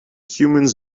humans